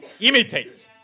imitate